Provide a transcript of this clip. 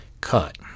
Cut